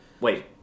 Wait